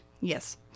yes